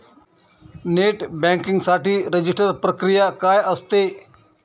Net banking साठी register प्रक्रिया काय असते?